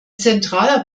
zentraler